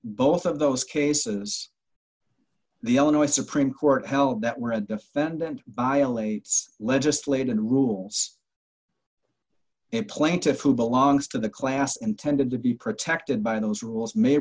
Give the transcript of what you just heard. both of those cases the illinois supreme court held that were a defendant violates legislated rules and plaintiffs who belongs to the class intended to be protected by those rules may